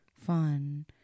fun